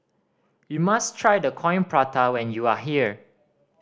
you must try the Coin Prata when you are here